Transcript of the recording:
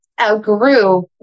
outgrew